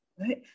right